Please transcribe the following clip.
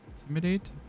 intimidate